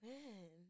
Man